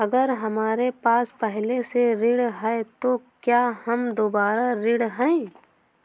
अगर हमारे पास पहले से ऋण है तो क्या हम दोबारा ऋण हैं?